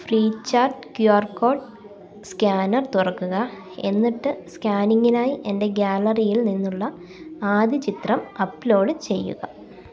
Freecharge Q R code scanner തുറക്കുക എന്നിട്ട് സ്കാനിംഗിനായി എൻ്റെ ഗാലറിയിൽ നിന്നുള്ള ആദ്യ ചിത്രം അപ്ലോഡ് ചെയ്യുക